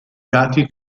dati